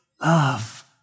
love